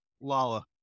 Lala